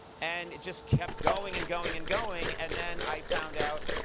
and it just kept going and going and going. and then i found out,